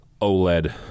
OLED